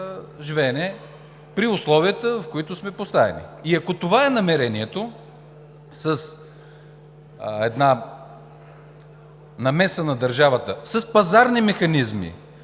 живеене при условията, в които сме поставени. И ако това е намерението – с намеса на държавата, с пазарни механизми